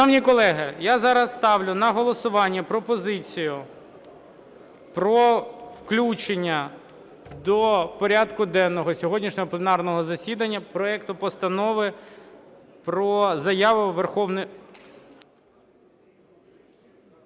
Шановні колеги, я зараз ставлю на голосування пропозицію про включення до порядку денного сьогоднішнього пленарного засідання проекту Постанови про Заяву Верховної